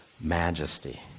majesty